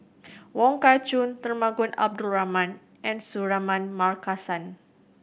Wong Kah Chun Temenggong Abdul Rahman and Suratman Markasan